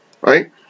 Right